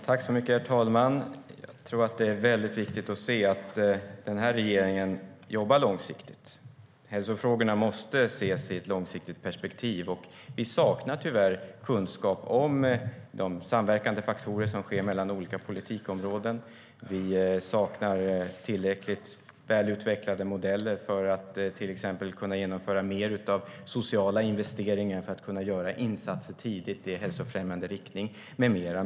Herr talman! Jag tror att det är mycket viktigt att se att den här regeringen jobbar långsiktigt. Hälsofrågorna måste ses i ett långsiktigt perspektiv. Vi saknar tyvärr kunskap om samverkande faktorer mellan olika politikområden. Vi saknar tillräckligt välutvecklade modeller för att till exempel kunna genomföra mer av sociala investeringar för att kunna göra insatser tidigt i hälsofrämjande riktning med mera.